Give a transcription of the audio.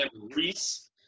Reese